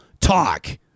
talk